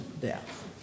death